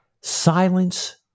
Silence